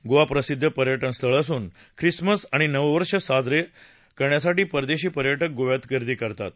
गोवा प्रसिद्ध पर्यटनस्थळ असून ख्रिसमस आणि नववर्ष साजरे करण्यासाठी परदेशी पर्यटक गोव्यात गर्दी करत असतात